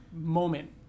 moment